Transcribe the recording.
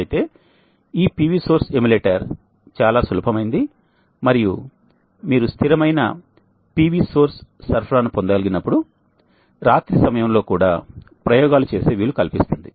అయితే ఈ PV source emulator చాలా సులభ మైనది మరియు మీరు స్థిరమైన PV సోర్స్ సరఫరాను పొందగలిగినప్పుడు రాత్రి సమయంలో కూడా ప్రయోగాలు చేసే వీలు కల్పిస్తుంది